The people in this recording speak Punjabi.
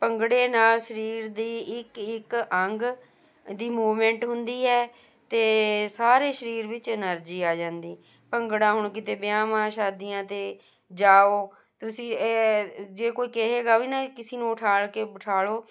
ਭੰਗੜੇ ਨਾਲ ਸਰੀਰ ਦੀ ਇੱਕ ਇੱਕ ਅੰਗ ਦੀ ਮੂਵਮੈਂਟ ਹੁੰਦੀ ਹੈ ਅਤੇ ਸਾਰੇ ਸਰੀਰ ਵਿੱਚ ਐਨਰਜੀ ਆ ਜਾਂਦੀ ਭੰਗੜਾ ਹੁਣ ਕਿਤੇ ਵਿਆਹਾਂ ਸ਼ਾਦੀਆਂ 'ਤੇ ਜਾਓ ਤੁਸੀਂ ਜੇ ਕੋਈ ਕਹੇਗਾ ਵੀ ਨਾ ਕਿਸੇ ਨੂੰ ਉਠਾਲ ਕੇ ਬਿਠਾ ਲਉ